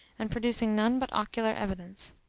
and producing none but ocular evidence.